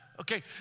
Okay